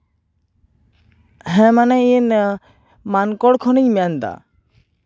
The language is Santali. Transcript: ᱦᱮᱸ ᱢᱟᱱᱮ ᱤᱧ ᱢᱟᱱᱠᱚᱨ ᱠᱷᱚᱱᱤᱧ ᱢᱮᱱᱫᱟ